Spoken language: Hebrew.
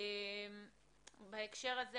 בהקשר הזה,